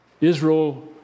Israel